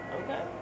okay